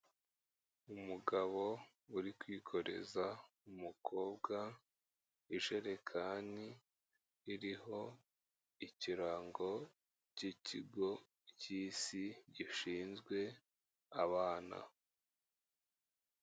Umugabo uri kwikoreza umukobwa ijerekani, iriho ikirango cy'Ikigo cy'Isi gishinzwe abana.